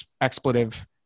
expletive